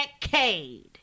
decade